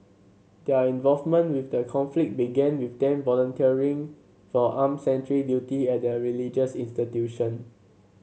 their involvement with the conflict began with them volunteering for armed sentry duty at the religious institution